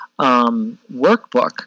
workbook